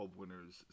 winners